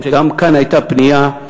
גם כאן הייתה פנייה,